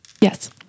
yes